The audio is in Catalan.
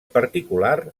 particular